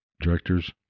directors